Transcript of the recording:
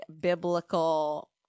biblical